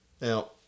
Now